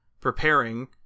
preparing